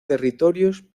territorios